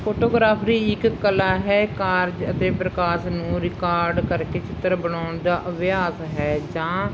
photography ਇੱਕ ਕਲਾ ਹੈ ਕਾਰਜ ਅਤੇ ਪ੍ਰਕਾਸ਼ ਨੂੰ ਰਿਕਾਰਡ ਕਰਕੇ ਚਿੱਤਰ ਬਣਾਉਣ ਦਾ ਅਭਿਆਸ ਹੈ ਜਾਂ